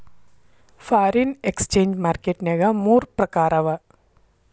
foreign exchange market ನ್ಯಾಗ ಮೂರ್ ಪ್ರಕಾರವ